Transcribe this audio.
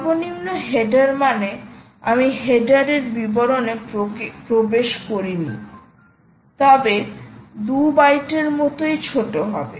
সর্বনিম্ন হেডার মানে আমি হেডারের বিবরণে প্রবেশ করি নি তবে 2 বাইটের মতোই ছোট হবে